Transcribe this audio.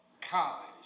college